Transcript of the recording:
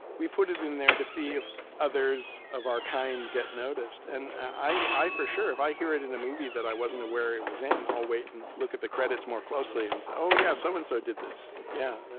we put it in there to see if others of our kind get noticed. and i i for sure, if i hear it in a movie that i wasn't aware it was in, i'll wait and look at the credits more closely, and say, oh yeah, so and so did this! yeah,